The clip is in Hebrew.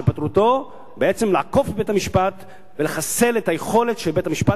שמטרתו בעצם לעקוף את בית-המשפט ולחסל את היכולת של בית-המשפט